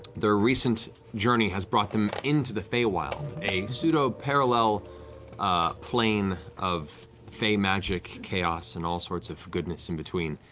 their recent journey has brought them into the feywild, a pseudo-parallel plane of fey magic, chaos, and all sorts of goodness in between.